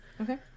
Okay